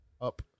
up